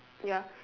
ya